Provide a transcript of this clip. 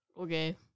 Okay